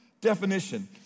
definition